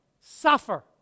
Suffer